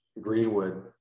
Greenwood